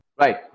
Right